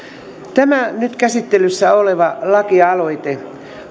tämä nyt käsittelyssä oleva lakialoite